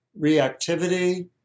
reactivity